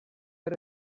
per